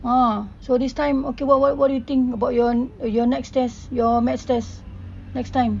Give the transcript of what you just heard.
ah so this time okay what what what do you think about your your next test your maths test next time